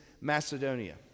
Macedonia